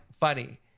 funny